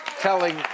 telling